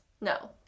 No